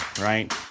right